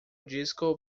disco